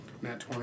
Matt